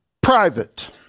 private